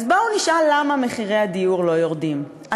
אז בואו נשאל למה מחירי הדיור לא יורדים.